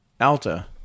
Alta